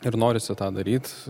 ir norisi tą daryt